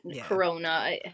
Corona